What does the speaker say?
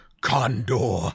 Condor